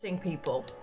people